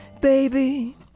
baby